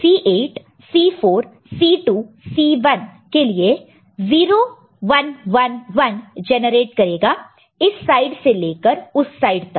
C8 C4 C2 C1 के लिए वह 0 1 1 1 जनरेट करेगा इस साइड से लेकर इस साइड तक